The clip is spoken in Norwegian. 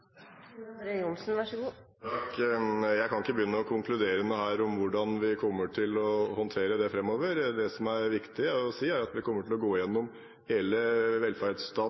Jeg kan ikke begynne å konkludere noe her om hvordan vi kommer til å håndtere det framover. Det som er viktig å si, er at vi kommer til å gå gjennom